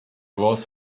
was